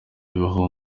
bibaho